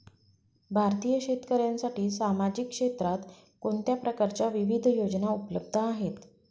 भारतीय शेतकऱ्यांसाठी सामाजिक क्षेत्रात कोणत्या प्रकारच्या विविध योजना उपलब्ध आहेत?